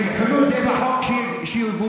יבחנו את זה בחוק שיגובש.